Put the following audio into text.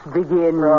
begin